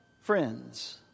friends